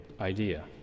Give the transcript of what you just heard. idea